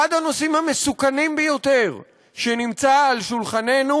אחד הנושאים המסוכנים ביותר שנמצא על שולחננו